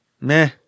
meh